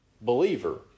believer